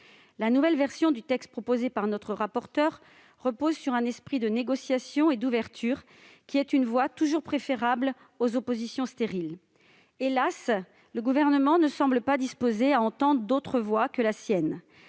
La nouvelle version du texte proposée par notre rapporteur repose sur un esprit de négociation et d'ouverture, ce qui est une voie toujours préférable aux oppositions stériles. Hélas, le Gouvernement ne semble pas disposé à entendre d'autres voix que la sienne.